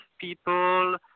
people